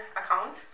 account